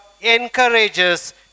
encourages